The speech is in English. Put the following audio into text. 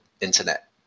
internet